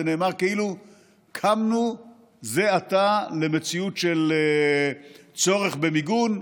זה נאמר כאילו קמנו זה עתה למציאות של צורך במיגון,